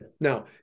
Now